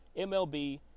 MLB